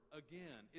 again